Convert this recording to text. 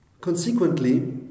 Consequently